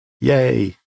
yay